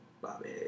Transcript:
Bobby